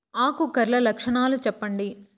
ఆకు కర్ల లక్షణాలు సెప్పండి